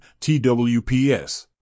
TWPS